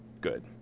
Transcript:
Good